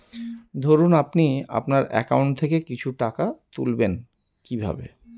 ধরুন আপনি আপনার একাউন্ট থেকে কিছু টাকা তুলবেন কিভাবে?